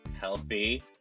healthy